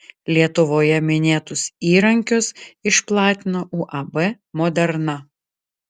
lietuvoje minėtus įrankius išplatino uab moderna